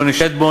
יוני שטבון,